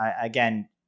Again